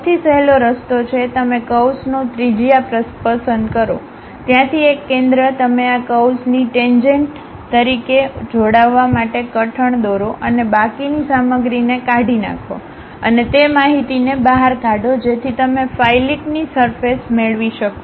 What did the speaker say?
સૌથી સહેલો રસ્તો છે તમે કર્વ્સનો ત્રિજ્યા પસંદ કરો ત્યાંથી એક કેન્દ્ર તમે આ કર્વ્સનીટેન્જેન્ટક તરીકે જોડાવા માટે કઠણ દોરો અને બાકીની સામગ્રીને કાઢી નાખો અને તે માહિતીને બહાર કાઢો જેથી તમે ફાઇલિટની સરફેસ મેળવી શકો